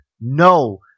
No